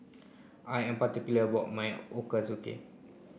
I am particular about my Ochazuke